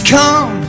come